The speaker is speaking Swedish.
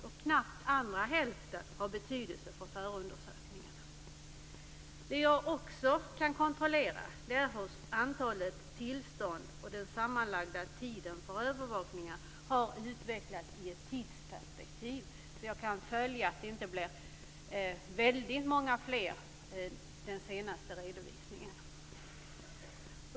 Och knappt den andra hälften har betydelse för förundersökningarna. Det jag också kan kontrollera är hur antalet tillstånd och den sammanlagda tiden för övervakning har utvecklats i ett tidsperspektiv. Jag kan då följa att det inte blivit väldigt många fler i den senaste redovisningen.